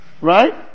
Right